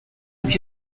ibyo